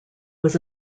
was